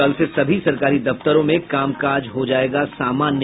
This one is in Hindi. कल से सभी सरकारी दफ्तरों में कामकाज हो जायेगा सामान्य